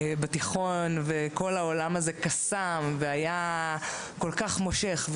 בתיכון וכל העולם הזה קסם והיה כל כך מושך,